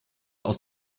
aus